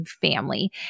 family